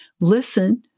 listen